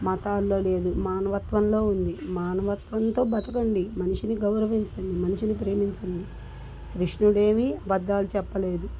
మతాల్లో లేదు మానవత్వంలో ఉంది మానవత్వంతో బతకండి మనిషిని గౌరవించండి మనిషిని ప్రేమించండి కృష్ణుడేమీ అబద్దాలు చెప్పలేదు